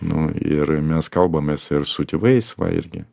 nu ir mes kalbamės ir su tėvais va irgi